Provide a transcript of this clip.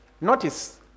notice